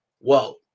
Whoa